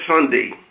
Sunday